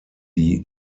die